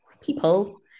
People